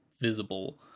visible